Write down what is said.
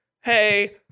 hey